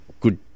good